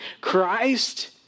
Christ